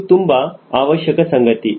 ಇದು ತುಂಬಾ ಅವಶ್ಯಕ ಸಂಗತಿ